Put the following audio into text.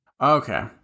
Okay